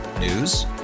News